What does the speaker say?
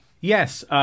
Yes